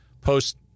post